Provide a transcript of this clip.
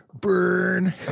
burn